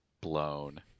blown